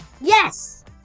Yes